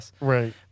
Right